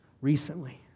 recently